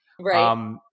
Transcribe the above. right